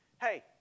Hey